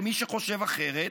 למי שחושב אחרת,